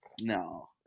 No